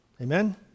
Amen